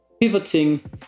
pivoting